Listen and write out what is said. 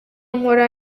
nkora